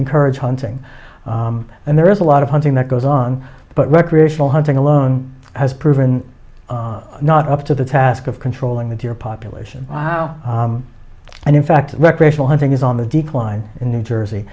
encourage hunting and there is a lot of hunting that goes on but recreational hunting alone has proven not up to the task of controlling the deer population and in fact recreational hunting is on the decline in new jersey